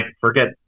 forget